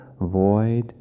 void